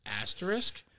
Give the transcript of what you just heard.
Asterisk